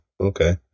okay